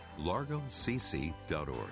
largocc.org